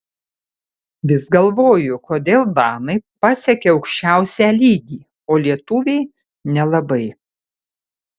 vis galvoju kodėl danai pasiekią aukščiausią lygį o lietuviai nelabai